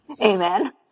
Amen